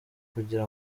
kugira